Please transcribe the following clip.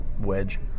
wedge